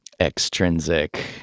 extrinsic